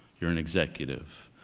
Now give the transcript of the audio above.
you're an executive,